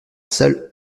seul